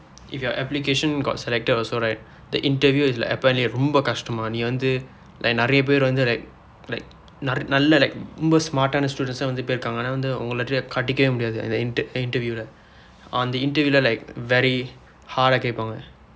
if your application got selected also right the interview it's like apparently ரொம்ப கடினமாம் நீ வந்து:rompa kadinamaam nii vandthu like நிறைய பேர் வந்து:niraiya peer vandthu like like நிறை~ நல்லா:nirai~ nallaa like ரொம்ப:rompa smart ஆனா:aanaa students எல்லாம் வந்து போயிருக்கிறார்கள் ஆனா வந்து கடக்கவே முடியாது அந்த:ellaam vandthu pooyirukkiraarkal aanaa vandthu avarkalaal kadakkavee mudiyaathu andtha inte~ interview அந்த:andtha interview like very hard கேப்பார்கள்:keeppaarkal